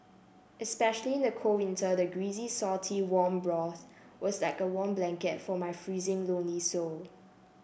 especially in the cold winter the greasy salty warm broth was like a warm blanket for my freezing lonely soul